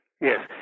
Yes